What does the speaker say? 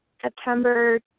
September